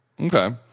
Okay